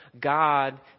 God